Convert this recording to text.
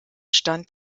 stand